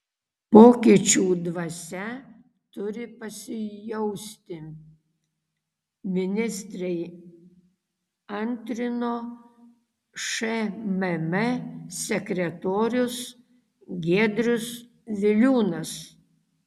pokyčių dvasia turi pasijausti ministrei antrino šmm sekretorius giedrius viliūnas